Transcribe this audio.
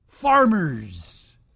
Farmers